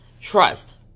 Trust